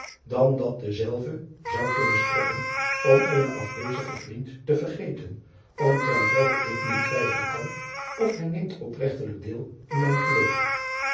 dan dat dezelve zou kunnen strekken om eenen afwezigen vriend te vergeten omtrent welken ik niet twijfelen kan of hij neemt opregtelijk deel in mijn geluk